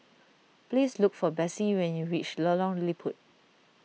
please look for Bessie when you reach Lorong Liput